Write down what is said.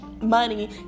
money